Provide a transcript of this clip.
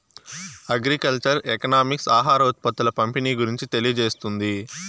agriculture economics ఆహార ఉత్పత్తుల పంపిణీ గురించి తెలియజేస్తుంది